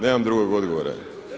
Nemam drugog odgovora.